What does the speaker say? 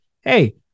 Hey